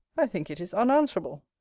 i think it is unanswerable.